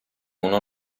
uno